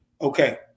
Okay